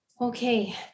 Okay